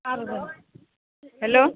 hello